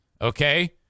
okay